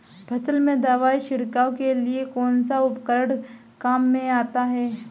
फसल में दवाई छिड़काव के लिए कौनसा उपकरण काम में आता है?